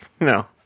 No